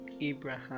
abraham